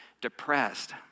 depressed